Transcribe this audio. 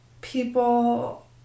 people